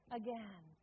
again